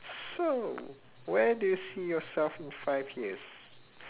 so where do you see yourself in five years